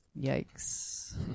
Yikes